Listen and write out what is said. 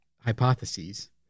hypotheses